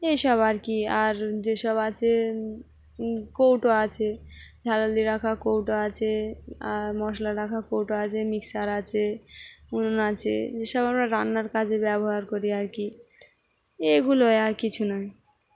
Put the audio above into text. এইসব আর কি আর যেসব আছে কৌটো আছে ঝাল হলদি রাখার কৌটো আছে আর মশলা রাখার কৌটো আছে মিক্সার আছে নুন আছে যেসব আমরা রান্নার কাজে ব্যবহার করি আর কি এগুলোই আর কিছু নয়